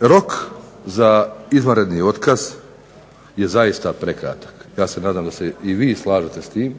Rok za izvanredni otkaz je zaista prekratak. Ja se nadam da se i vi slažete s tim,